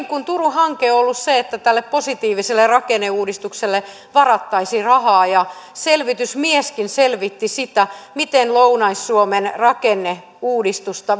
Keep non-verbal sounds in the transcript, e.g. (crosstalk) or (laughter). (unintelligible) kuin turun hanke on on ollut sitä että tälle positiiviselle rakenneuudistukselle varattaisiin rahaa ja selvitysmieskin selvitti sitä miten lounais suomen rakenneuudistusta (unintelligible)